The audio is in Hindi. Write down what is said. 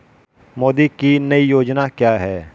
मोदी की नई योजना क्या है?